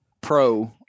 pro